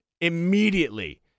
immediately